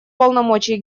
полномочий